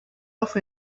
off